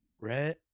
Red